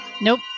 Nope